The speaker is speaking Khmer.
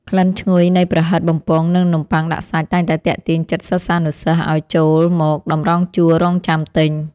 ក្លិនឈ្ងុយនៃប្រហិតបំពងនិងនំបុ័ងដាក់សាច់តែងតែទាក់ទាញចិត្តសិស្សានុសិស្សឱ្យចូលមកតម្រង់ជួររង់ចាំទិញ។